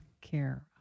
care